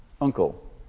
uncle